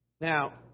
Now